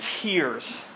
tears